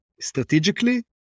strategically